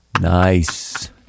Nice